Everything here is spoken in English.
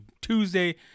Tuesday